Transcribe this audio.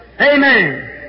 Amen